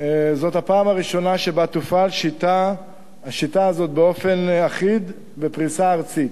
זאת הפעם הראשונה שבה תופעל השיטה הזאת באופן אחיד בפריסה ארצית.